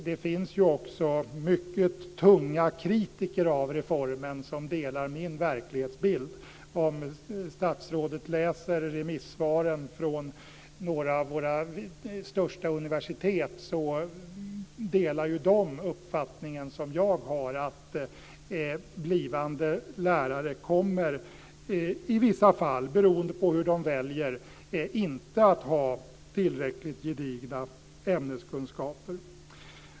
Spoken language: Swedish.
Det finns också mycket tunga kritiker av reformen som delar min verklighetsbild. Om statsrådet läser remissvaren från några av våra största universitet, framkommer det att de delar min uppfattning att blivande lärare i vissa fall, beroende på hur de väljer, inte kommer att ha tillräckligt gedigna ämneskunskaper.